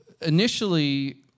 initially